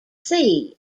sea